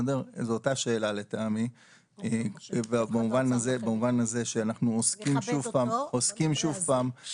זה אותה שאלה לטעמי במובן הזה שאנחנו עוסקים שוב פעם בשאלה